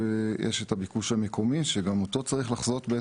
יש את הביקוש המקומי, שגם אותו בעצם צריך לחזות,